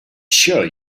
sure